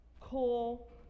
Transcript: cool